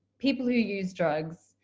people who use drugs,